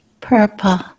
purple